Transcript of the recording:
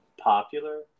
popular